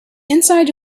inside